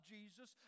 Jesus